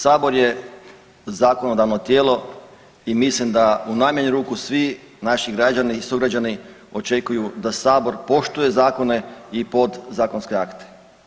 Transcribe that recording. Sabor je zakonodavno tijelo i mislim da u najmanju ruku svi naši građani i sugrađani očekuju da Sabor poštuje zakone i podzakonske akte.